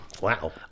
Wow